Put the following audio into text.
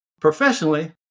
professionally